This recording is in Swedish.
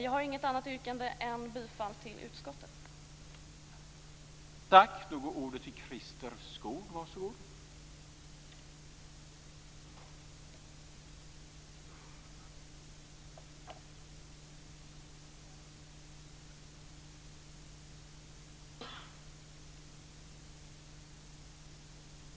Jag har inget annat yrkande än bifall till utskottets hemställan.